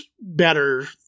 better